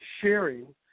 sharing